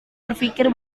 berfikir